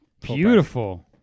Beautiful